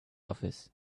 office